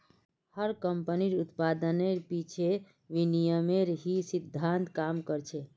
हर एक कम्पनीर उत्पादेर पीछे विनिमयेर ही सिद्धान्त काम कर छे